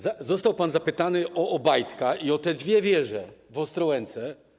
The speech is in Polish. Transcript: Został pan zapytany o Obajtka i o te dwie wieże w Ostrołęce.